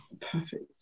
Perfect